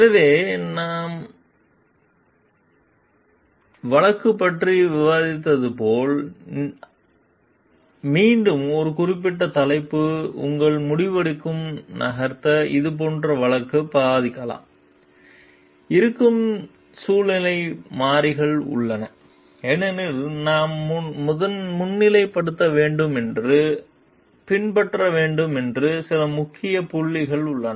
எனவே நாம் வழக்கு பற்றி விவாதித்து போல் அந்த மீண்டும் ஒரு குறிப்பிட்ட தலைப்பு உங்கள் முடிவெடுக்கும் நகர்த்த இது போன்ற வழக்கு பாதிக்கலாம் இருக்கும் சூழ்நிலை மாறிகள் உள்ளன ஏனெனில் நாம் முன்னிலைப்படுத்த வேண்டும் என்று பின்பற்ற வேண்டும் என்று சில முக்கிய புள்ளிகள் உள்ளன